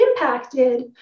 impacted